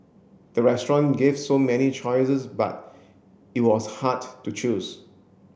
the restaurant gave so many choices but it was hard to choose